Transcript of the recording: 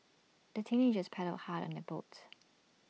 the teenagers paddled hard on their boat